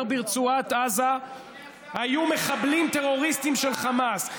ברצועת עזה היו מחבלים טרוריסטים של חמאס.